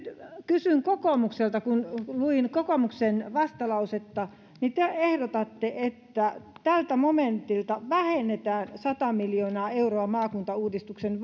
kysyn kokoomukselta luin kokoomuksen vastalausetta te ehdotatte että tältä momentilta vähennetään sata miljoonaa euroa maakuntauudistuksen